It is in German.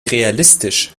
realistisch